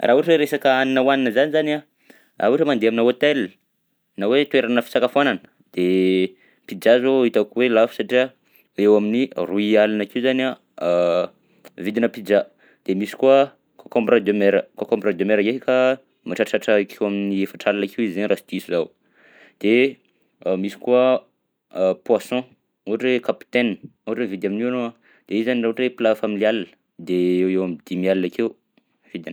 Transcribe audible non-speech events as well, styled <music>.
Raha ohatra hoe resaka hanina hoanina zany zany a raha ohatra mandeha aminà hotel na hoe toerana fisakafoanana de pizza zao hitako hoe lafo satria eo amin'ny roy alina akeo zany a <hesitation> vidinà pizza de misy koa concombre de mer, cocombre de mer ndraika mahatratratra akeo amin'ny efatra alina akeo izy zay raha sy diso zaho de misy koa <hesitation> poisson ohatra hoe capitaine ohatra hoe mividy amin'io ianao a de izy zany raha ohatra hoe plat familial de eo ho eo am'dimy alina akeo vidiny.